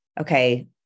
okay